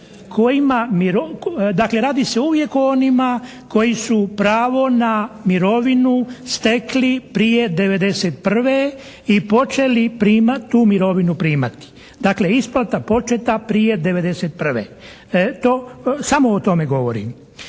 dakle, radi se uvijek o onima koji su pravo na mirovinu stekli prije 91. i počeli primati, tu mirovinu primati. Dakle, isplata početa prije 91. Samo o tome govorim.